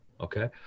Okay